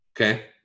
okay